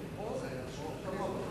תקלה, תעבור לפרוטוקול.